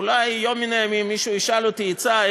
אולי ביום מן הימים מישהו ישאל אותי עצה,